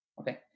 okay